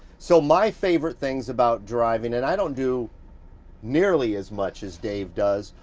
so my favorite things about driving, and i don't do nearly as much as dave does,